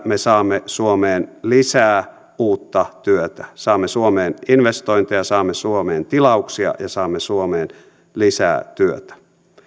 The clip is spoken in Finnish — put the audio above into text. me saamme suomeen lisää uutta työtä saamme suomeen investointeja saamme suomeen tilauksia ja saamme suomeen lisää työtä